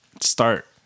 start